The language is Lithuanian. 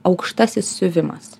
aukštasis siuvimas